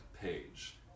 page